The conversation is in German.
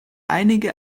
einige